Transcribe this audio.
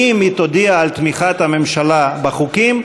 אם היא תודיע על תמיכת הממשלה בחוקים,